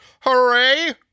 Hooray